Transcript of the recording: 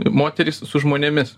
moterys su žmonėmis